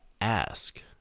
ask